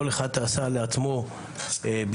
כל אחד עשה לעצמו ביטוח,